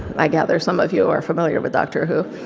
i gather some of you are familiar with dr. who.